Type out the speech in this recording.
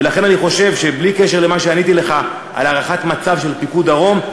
ולכן אני חושב שבלי קשר למה שעניתי לך על הערכת המצב של פיקוד דרום,